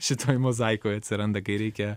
šitoj mozaikoj atsiranda kai reikia